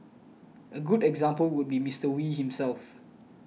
a good example would be Mister Wee himself